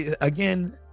Again